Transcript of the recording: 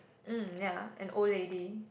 hmm ya an old lady